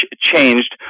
changed